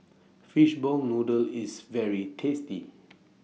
Fishball Noodle IS very tasty